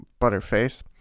butterface